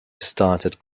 started